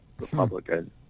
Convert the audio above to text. Republican